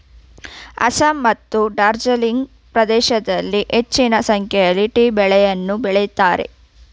ಅಸ್ಸಾಂ ಮತ್ತು ಡಾರ್ಜಿಲಿಂಗ್ ಪ್ರದೇಶಗಳಲ್ಲಿ ಹೆಚ್ಚಿನ ಸಂಖ್ಯೆಯಲ್ಲಿ ಟೀ ಬೆಳೆಯನ್ನು ಬೆಳಿತರೆ